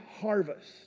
harvest